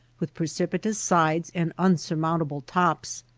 with precipitous sides and unsurmountable tops.